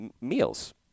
meals